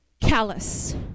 callous